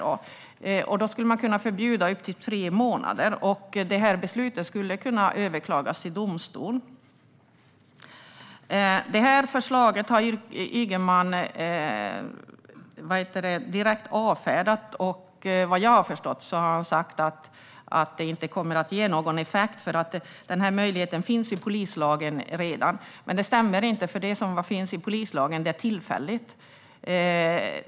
Man skulle kunna förbjuda i upp till tre månader, och beslutet skulle kunna överklagas till domstol. Det här förslaget har Ygeman direkt avfärdat. Vad jag har förstått har han sagt att det inte kommer att ge någon effekt eftersom möjligheten redan finns i polislagen. Men det stämmer inte, för det som finns i polislagen är tillfälligt.